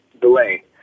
delay